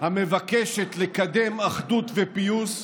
המבקשת לקדם אחדות ופיוס,